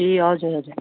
ए हजुर हजुर